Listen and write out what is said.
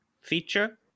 feature—